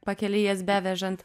pakeliui jas bevežant